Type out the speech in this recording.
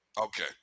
Okay